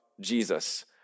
Jesus